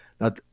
Now